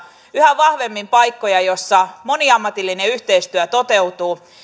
yhä vahvemmin paikkoja joissa moniammatillinen yhteistyö toteutuu